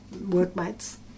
workmates